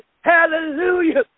hallelujah